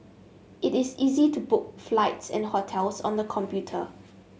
it is easy to book flights and hotels on the computer